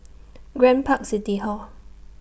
Grand Park City Hall